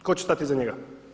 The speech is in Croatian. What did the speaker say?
Tko će stati iza njega?